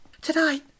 Tonight